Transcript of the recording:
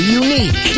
unique